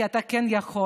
כי אתה כן יכול.